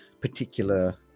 particular